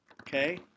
Okay